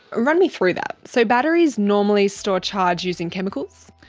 run me through that. so batteries normally store charge using chemicals?